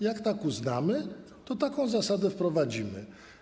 Jeśli tak uznamy, to taką zasadę wprowadzimy.